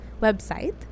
website